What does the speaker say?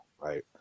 right